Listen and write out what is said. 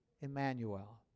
Emmanuel